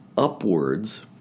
Upwards